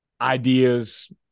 ideas